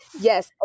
yes